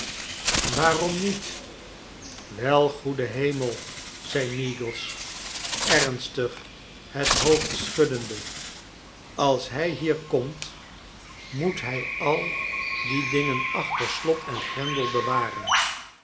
jwaarom niet wel goede heme zei meagles ernstig het hoofd schuddende als hij hier komt moot hij al die dingen achter slot en grendel bewaren